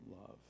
love